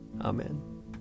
Amen